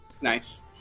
nice